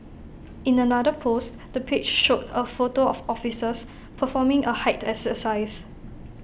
in another post the page showed A photo of officers performing A height exercise